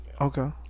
Okay